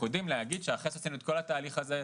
אנחנו יודעים להגיד שאחרי שעשינו את כל התהליך הזה,